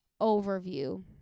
overview